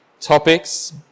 topics